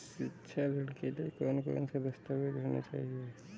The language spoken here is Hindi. शिक्षा ऋण के लिए कौन कौन से दस्तावेज होने चाहिए?